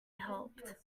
helped